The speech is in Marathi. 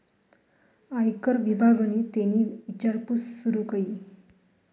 आयकर विभागनि तेनी ईचारपूस सूरू कई